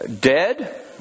dead